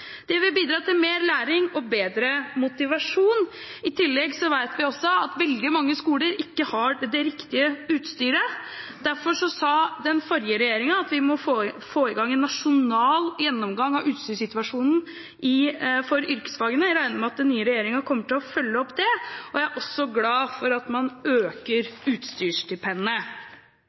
Det vil bidra til mer læring og bedre motivasjon. I tillegg vet vi at veldig mange skoler ikke har det riktige utstyret, og derfor sa den forrige regjeringen at vi må få i gang en nasjonal gjennomgang av utstyrssituasjonen for yrkesfagene. Jeg regner med at den nye regjeringen kommer til å følge opp det, og jeg er også glad for at